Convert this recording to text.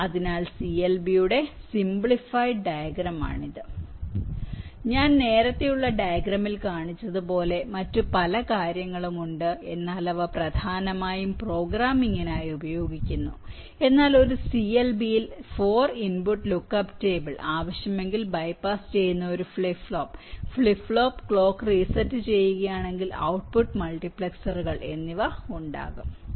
അതിനാൽ CLB യുടെ simplified diagram ആണിത് ഞാൻ നേരത്തെയുള്ള ഡയഗ്രാമിൽ കാണിച്ചതുപോലെ മറ്റ് പല കാര്യങ്ങളും ഉണ്ട് എന്നാൽ അവ പ്രധാനമായും പ്രോഗ്രാമിംഗിനായി ഉപയോഗിക്കുന്നു എന്നാൽ ഒരു CLB ൽ 4 ഇൻപുട്ട് ലുക്ക്അപ്പ് ടേബിൾ ആവശ്യമെങ്കിൽ ബൈപാസ് ചെയ്യുന്ന ഒരു ഫ്ലിപ്പ് ഫ്ലോപ്പ് ഫ്ലിപ്പ് ഫ്ലോപ്പ് ഒരു ക്ലോക്ക് റീസെറ്റ് ചെയ്യുകയാണെങ്കിൽ ഔട്ട്പുട്ട് മൾട്ടിപ്ലക്സറുകൾ എന്നിവ ഉണ്ടാകും